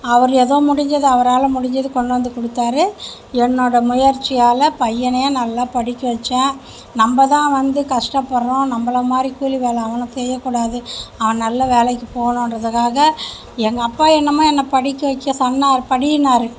அவர் எதோ முடிஞ்சது அவரால் முடிஞ்சது கொண்டு வந்து கொடுத்தாரு என்னோட முயற்சியால் பையனையும் நல்லா படிக்க வச்சேன் நம்மதான் வந்து கஷ்டப்படுகிறோம் நம்மளமாதிரி கூலி வேலை அவனும் செய்ய கூடாது அவன் நல்ல வேலைக்கு போகணுன்றதுக்காக எங்கள் அப்பா என்னமோ என்ன படிக்க வைக்க சொன்னார் படின்னாரு